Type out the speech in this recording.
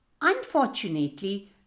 Unfortunately